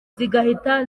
zigahita